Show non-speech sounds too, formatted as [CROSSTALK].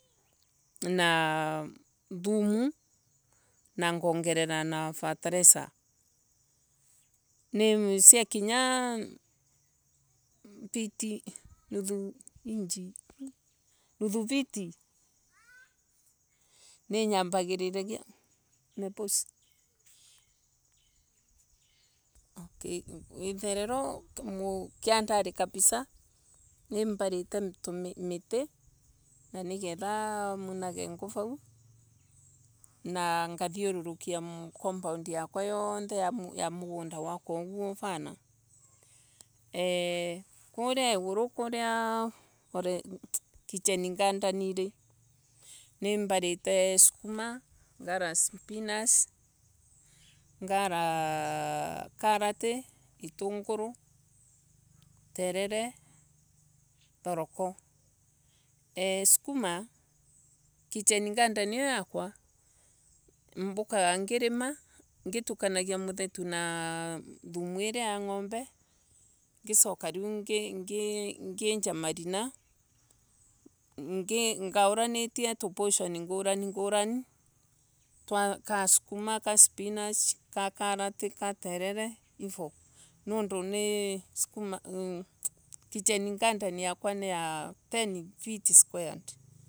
Naa Thumu na ngorera na fertiliser. [HESITATION] Siakinya viti nuthu [UNINTELLIGIBLE] nuthu viti. ninyambagia [UNINTELLIGIBLE] okay itherero kiantari kapisaa ni mbante tumiti Niketha munage nguvau na ngithiururukia kompaundi yakwa yothe ya ya mugunda uguo uricina [HESITATION] Koria igori koria kichen gandenire nimbarite sukuma ngara sipinos. ngara karati itunguru. terere thoroko. Kichen ngonden iyo yakuo mbukogo ngarima. Ngitunanayo muthetu na thumu iria yo ngombe ngisoka ngienja marima ngauraritie tupusheni ngurani ngurani twa sukuma spinos terere hivo. Nundu kichen garden yakwa ni ya ten feet squared.